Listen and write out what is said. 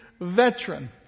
veteran